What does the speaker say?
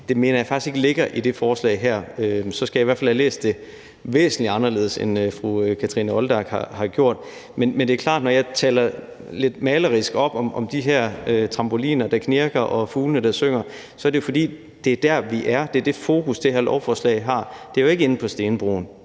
det mener jeg faktisk ikke ligger i det her forslag. Så skal jeg i hvert fald have læst det væsentlig anderledes, end fru Kathrine Olldag har gjort. Men det er klart, at det, når jeg taler det lidt malerisk op om de her trampoliner, der knirker, og fuglene, der synger, jo så er, fordi det er der, vi er. Det er det fokus, det her lovforslag har. Det er jo ikke inde på stenbroen;